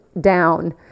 down